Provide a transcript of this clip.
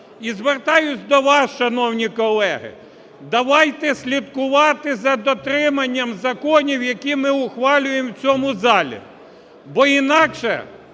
І звертаюся до вас, шановні колеги: давайте слідкувати за дотриманням законів, які ми ухвалюємо в цьому залі. Бо інакше,